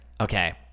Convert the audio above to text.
okay